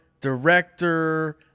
director